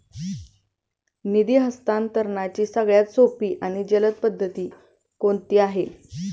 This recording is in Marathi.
निधी हस्तांतरणाची सगळ्यात सोपी आणि जलद पद्धत कोणती आहे?